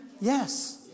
Yes